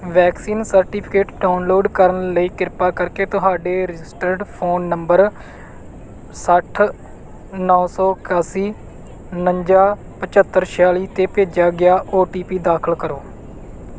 vaccine certificate download ਕਰਨ ਲਈ ਕਿਰਪਾ ਕਰਕੇ ਤੁਹਾਡੇ ਰਜਿਸਟਰਡ ਫ਼ੋਨ ਨੰਬਰ ਸੱਠ ਨੌ ਸੌ ਇਕਾਸੀ ਉਣੰਜਾ ਪਝੱਤਰ ਛਿਆਲੀ 'ਤੇ ਭੇਜਿਆ ਗਿਆ ਔ ਟੀ ਪੀ ਦਾਖਲ ਕਰੋ